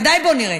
בוודאי בוא נראה.